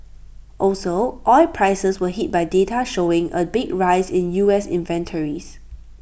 also oil prices were hit by data showing A big rise in U S inventories